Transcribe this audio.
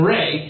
Ray